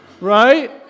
Right